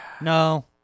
No